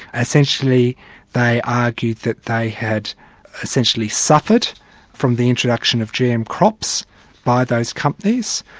essentially they argued that they had essentially suffered from the introduction of gm crops by those companies,